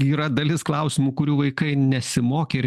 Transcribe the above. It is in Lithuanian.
yra dalis klausimų kurių vaikai nesimokė ir